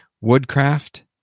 woodcraft